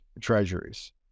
treasuries